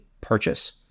purchase